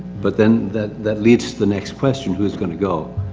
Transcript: but then that, that leads to the next question who is gonna go?